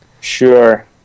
Sure